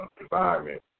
environment